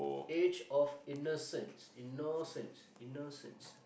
age of innocence innocence innocence